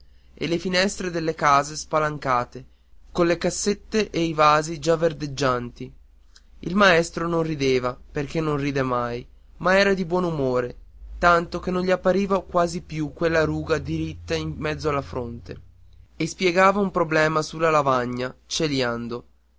e le finestre delle case spalancate colle cassette e i vasi già verdeggianti il maestro non rideva perché non ride mai ma era di buon umore tanto che non gli appariva quasi più quella ruga diritta in mezzo alla fronte e spiegava un problema sulla lavagna celiando